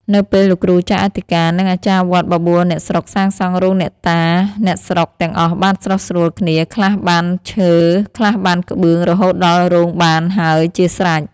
នៅពេលលោកគ្រូចៅអធិការ និងអាចារ្យវត្តបបួលអ្នកស្រុកសាងសង់រោងអ្នកតាអ្នកស្រុកទាំងអស់បានស្រុះស្រួលគ្នាខ្លះបានឈើ ខ្លះបានក្បឿង រហូតដល់រោងបានហើយជាស្រេច ។